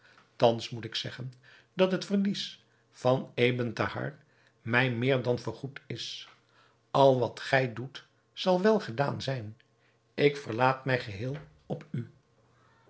thans moet ik zeggen dat het verlies van ebn thahar mij meer dan vergoed is al wat gij doet zal welgedaan zijn ik verlaat mij geheel op u